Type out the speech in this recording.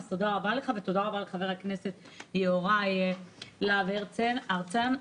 אז תודה רבה לך ותודה רבה לחבר הכנסת יוראי להב מה יהיה עם השם?